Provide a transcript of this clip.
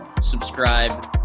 subscribe